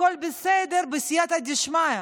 הכול בסדר, בסייעתא דשמיא.